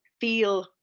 feel